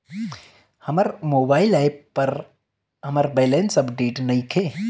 हमर mobile app पर हमर बैलेंस अपडेट नइखे